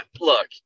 look –